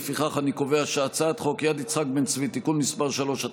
לפיכך אני קובע שהצעת חוק יד יצחק בן-צבי (תיקון מס' 3),